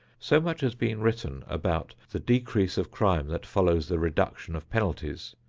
so much has been written about the decrease of crime that follows the reduction of penalties,